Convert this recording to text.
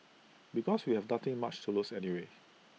because we have nothing much to lose anyway